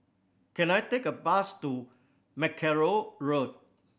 can I take a bus to Mackerrow Road